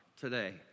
today